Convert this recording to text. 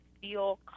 feel